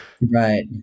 Right